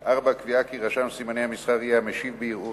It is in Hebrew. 4. קביעה כי רשם סימני המסחר יהיה המשיב בערעור